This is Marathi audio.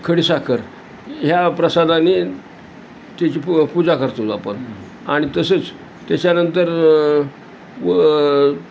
खडीसाखर ह्या प्रसादाने त्याची प पूजा करतो आपण आणि तसेच त्याच्यानंतर व